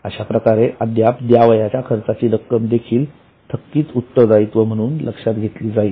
अशाच प्रकारे अद्याप द्यावयाच्या खर्चाची रक्कम देखील थकित उत्तरदायित्व म्हणून लक्षात घेतली जाईल